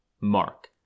Mark